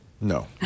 No